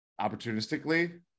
opportunistically